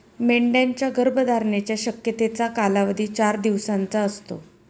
मेंढ्यांच्या गर्भधारणेच्या शक्यतेचा कालावधी चार दिवसांचा असतो